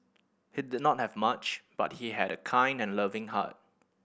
he did not have much but he had a kind and loving heart